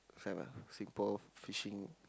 fap ah Singapore fishing